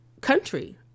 country